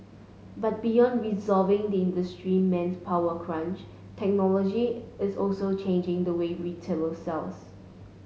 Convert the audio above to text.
but beyond resolving the industry manpower crunch technology is also changing the way retailer sells